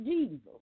Jesus